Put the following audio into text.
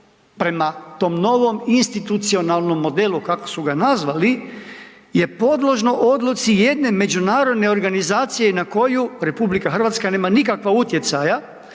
prema tom novom institucionalnom modelu, kako su ga nazvali, je podložno odluci jedne međunarodne organizacije na koju RH nema nikakva utjecaja,